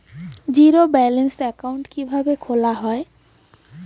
Zero balance account কিভাবে খোলা হয়?